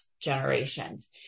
generations